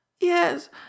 Yes